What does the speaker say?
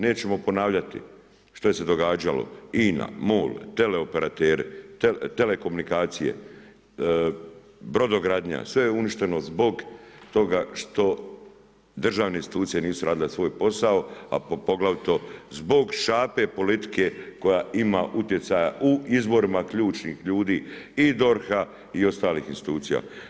Nećemo ponavljati što je se događalo INA Mol, teleoperateri, telekomunikacije, brodogradnja, sve je uništeno zbog toga što državne institucije nisu radile svoj posao, a poglavito zbog šape politike koja ima utjecaja u izborima ključnih ljudi i DORH-a i ostalih institucija.